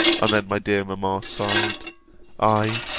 and then my dear mamma sighed i,